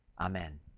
Amen